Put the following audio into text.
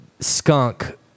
skunk